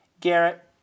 Garrett